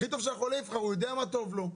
הכי טוב שהחולה יבחר, הוא יודע מה טוב לו,